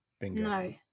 No